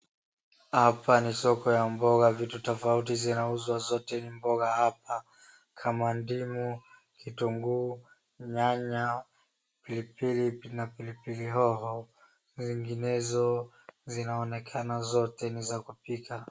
Hapa ni soko ya mboga, vitu tofauti zinauzwa, zote ni mboga hapa kama ndimu, kitunguu, nyanya, pilipili na pilipili hoho, zinginezo, zinaonekana zote ni za kupika.